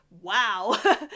wow